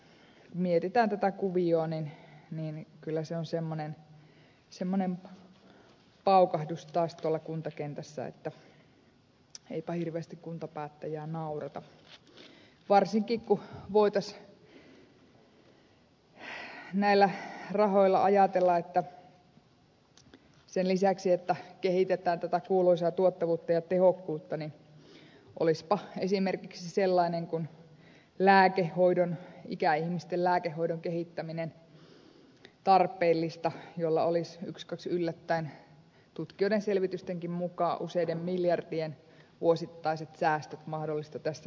kun mietitään tätä kuviota niin kyllä se on semmoinen paukahdus taas tuolla kuntakentässä että eipä hirveästi kuntapäättäjää naurata varsinkaan kun voitaisiin ajatella että sen lisäksi että näillä rahoilla kehitetään tätä kuuluisaa tuottavuutta ja tehokkuutta niin olisipa esimerkiksi sellainen kuin ikäihmisten lääkehoidon kehittäminen tarpeellista millä olisi ykskaks yllättäen tutkijoiden selvitystenkin mukaan useiden miljardien vuosittaiset säästöt mahdollista tässä maassa saada